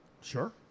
Sure